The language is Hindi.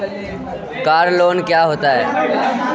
कार लोन क्या होता है?